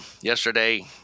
yesterday